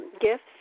gifts